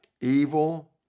evil